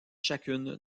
chacune